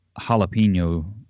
jalapeno